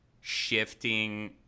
shifting